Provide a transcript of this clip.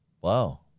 Wow